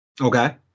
Okay